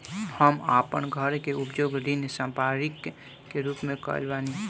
हम आपन घर के उपयोग ऋण संपार्श्विक के रूप में कइले बानी